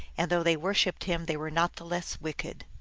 and though they worshiped him they were not the less wicked.